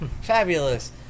fabulous